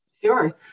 Sure